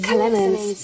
Clemens